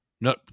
No